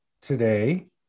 today